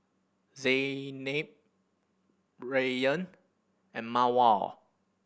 Zaynab Rayyan and Mawar